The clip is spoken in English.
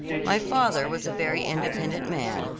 my father was a very independent man,